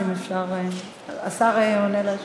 אדוני השר,